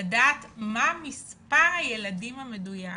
לדעת מה מספר הילדים המדויק